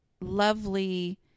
lovely